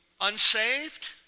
unsaved